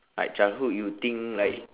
like childhood you think like